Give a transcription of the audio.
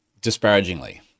disparagingly